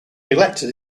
elected